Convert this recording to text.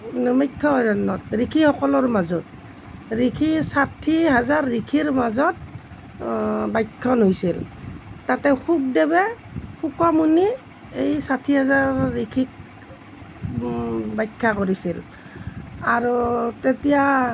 নিমিক্ষ অৰণ্যত ঋষি সকলৰ মাজত ঋষি ষাঠি হাজাৰ ঋষিৰ মাজত ব্যাখ্যান হৈছিল তাতে শুকদেৱে শুকমুনি এই ষাঠি হাজাৰ ঋষিক ব্যাখ্যা কৰিছিল আৰু তেতিয়া